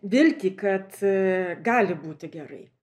viltį kad gali būti gerai